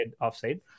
offside